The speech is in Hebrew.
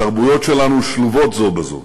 התרבויות שלנו שלובות זו בזו,